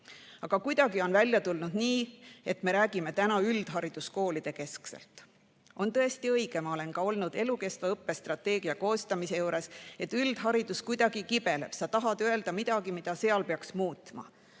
Aga kuidagi on välja tulnud nii, et me räägime täna üldhariduskoolikeskselt. On tõesti õige (ma olen olnud ka elukestva õppe strateegia koostamise juures), et üldharidus kuidagi nagu kibeleb, sa tahad öelda midagi, mida seal peaks muutma.